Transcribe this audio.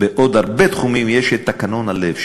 בעוד הרבה תחומים יש תקנון הלב,